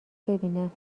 ببینم